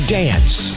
dance